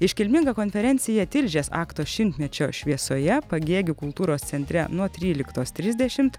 iškilminga konferencija tilžės akto šimtmečio šviesoje pagėgių kultūros centre nuo tryliktos trisdešimt